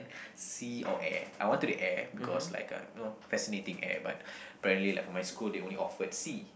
sea or air I wanted to the air because like uh you know fascinating air but apparently like for my school they only offered sea